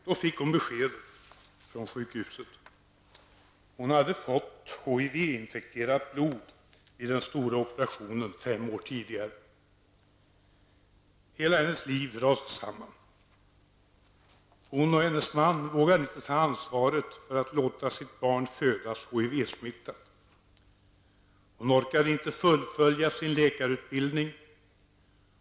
Då fick hon beskedet från sjukhuset att hon hade fått HIV-infekterat blod vid den stora operationen fem år tidigare. Hela hennes liv rasade samman. Hon och hennes man vågade inte ta ansvaret att låta sitt barn födas HIV-smittat. Hon orkade inte fullfölja sin läkarutbildning.